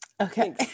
Okay